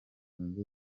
zunze